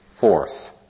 force